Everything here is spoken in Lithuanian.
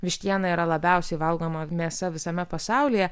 vištiena yra labiausiai valgoma mėsa visame pasaulyje